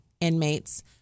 inmates